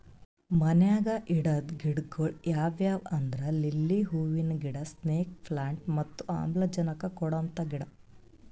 ಮನ್ಯಾಗ್ ಇಡದ್ ಗಿಡಗೊಳ್ ಯಾವ್ಯಾವ್ ಅಂದ್ರ ಲಿಲ್ಲಿ ಹೂವಿನ ಗಿಡ, ಸ್ನೇಕ್ ಪ್ಲಾಂಟ್ ಮತ್ತ್ ಆಮ್ಲಜನಕ್ ಕೊಡಂತ ಗಿಡ